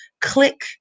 click